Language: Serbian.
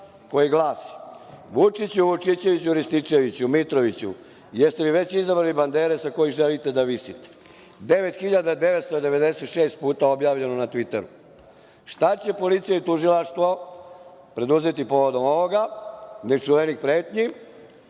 koji glasi – Vučiću, Vučićeviću, Rističeviću, Mitroviću, jeste li već izabrali bandere sa kojih želite da visite? To je 9996 puta objavljeno na „tviteru“. Šta će policija i tužilaštvo preduzeti povodom ovih nečuvenih pretnji?